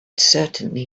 certainly